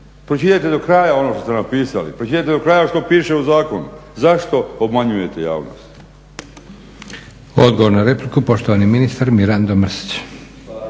Pročitajte do kraja ono što ste napisali, pročitajte do kraja što piše u zakonu. Zašto obmanjujete javnost?